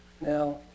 now